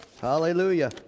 Hallelujah